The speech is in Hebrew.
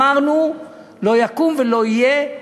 אמרנו: לא יקום ולא יהיה,